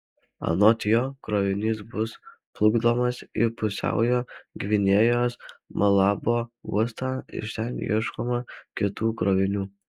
anot jo krovinys bus plukdomas į pusiaujo gvinėjos malabo uostą iš ten ieškoma kitų krovinių